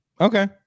Okay